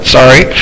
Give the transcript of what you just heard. sorry